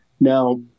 now